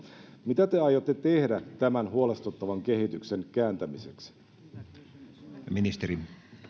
mitä te aiotte tehdä tämän huolestuttavan kehityksen kääntämiseksi